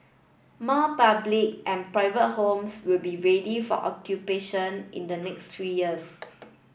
more public and private homes will be ready for occupation in the next three years